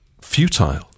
futile